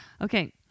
Okay